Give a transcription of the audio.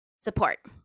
Support